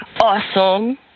Awesome